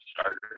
starter